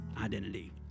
identity